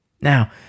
Now